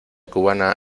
cubana